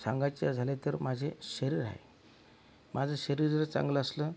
सांगायचं झाले तर माझे शरीर आहे माझं शरीर जर चांगलं असलं